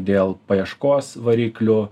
dėl paieškos variklių